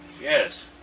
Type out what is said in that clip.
Yes